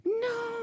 No